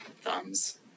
thumbs